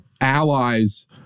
allies